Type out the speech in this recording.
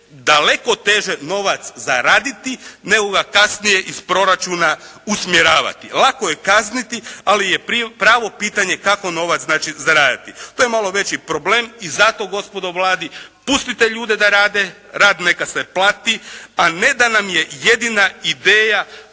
daleko teže novac zaraditi nego ga kasnije iz proračuna usmjeravati. Lako je kazniti ali je pravo pitanje kako novac znači zaraditi. To je malo veći problem i zato gospodo u Vladi pustite ljude da rade, rad neka se plati a ne da nam je jedina ideja